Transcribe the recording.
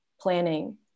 planning